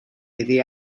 iddi